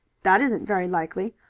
that isn't very likely.